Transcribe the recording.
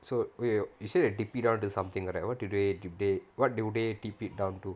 so wait you say they dip it down to something right what do they dip they what do they dip it down to